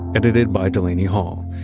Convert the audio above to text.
edited by delaney hall,